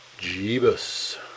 Jeebus